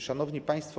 Szanowni Państwo!